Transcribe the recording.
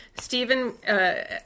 Stephen